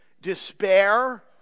despair